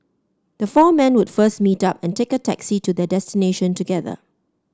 the four men would first meet up and take a taxi to their destination together